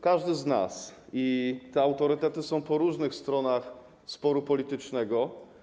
Każdy z nas. I te autorytety są po różnych stronach sporu politycznego.